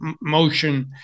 motion